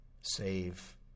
save